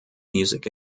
music